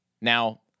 now